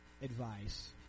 advice